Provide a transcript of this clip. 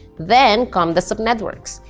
then come the subnetworks,